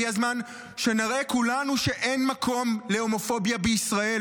הגיע הזמן שנראה כולנו שאין מקום להומופוביה בישראל,